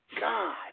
God